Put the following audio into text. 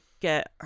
get